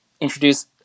introduce